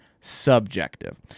subjective